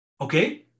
Okay